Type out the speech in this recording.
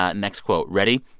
ah next quote. ready?